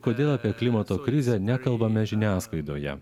kodėl apie klimato krizę nekalbame žiniasklaidoje